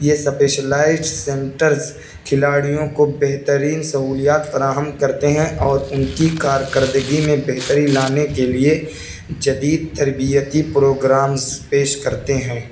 یہ specialized centres کھلاڑیوں کو بہترین سہولیات فراہم کرتے ہیں اور ان کی کارکردگی میں بہتری لانے کے لیے جدید تربیتی پروگرامس پیش کرتے ہیں